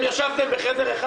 אתם ישבתם בחדר אחד.